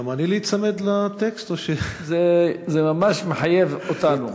גם אני, להיצמד לטקסט, או, זה ממש מחייב אותנו.